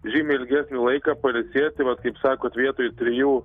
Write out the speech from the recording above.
žymiai ilgesnį laiką pailsėti vat kaip sakot vietoj trijų